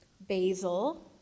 basil